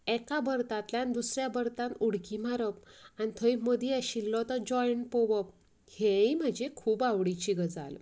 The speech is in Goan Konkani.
एका बर्थांतल्यान दुसऱ्या बर्थांत उडकी मारप आनी थंय मदीं आशिल्लों तो जॉयन पळोवप हेय म्हाजी खूब आवडीची गजाल